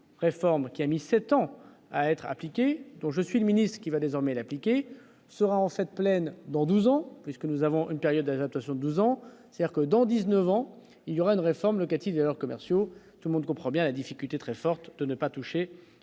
réforme qui a mis 7 ans à être appliqué, donc je suis le ministre qui va désormais l'appliquer sera en cette pleine dans 12 ans que nous avons une période à 20 sur 2 ans, c'est-à-dire que dans 19 ans il y aura une réforme locative alors commerciaux, tout le monde comprend bien la difficulté très forte de ne pas toucher